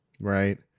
right